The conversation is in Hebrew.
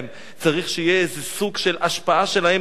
צריך שיהיה איזה סוג של השפעה שלהם בעניין,